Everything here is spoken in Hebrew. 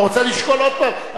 אתה רוצה לשקול עוד פעם?